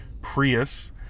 prius